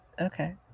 Okay